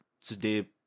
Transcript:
today